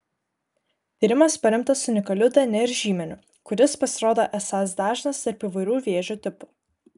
tyrimas paremtas unikaliu dnr žymeniu kuris pasirodo esąs dažnas tarp įvairių vėžio tipų